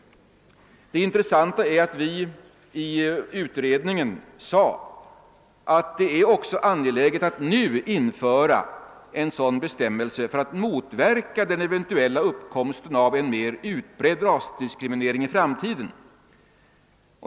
Utredningen framhöll, att det är angeläget att nu införa en sådan bestämmelse för att motverka eventuell uppkomst av en mer utbredd rasdiskriminering i framtiden.